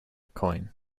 coin